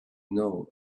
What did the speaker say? know